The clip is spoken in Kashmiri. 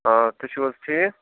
آ تُہۍ چھُو حظ ٹھیٖک